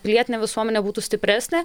pilietinė visuomenė būtų stipresnė